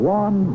one